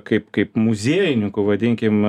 kaip kaip muziejininkų vadinkim